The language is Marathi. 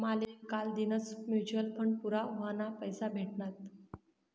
माले कालदीनच म्यूचल फंड पूरा व्हवाना पैसा भेटनात